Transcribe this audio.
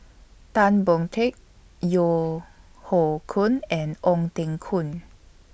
Tan Boon Teik Yeo Hoe Koon and Ong Teng Koon